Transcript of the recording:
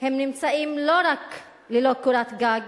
הם נמצאים לא רק ללא קורת גג,